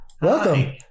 Welcome